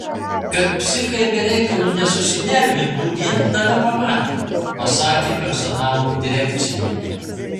kad psichai be reikalo nesusinervintų vien tave pamatę pasakė personalo direkcijoje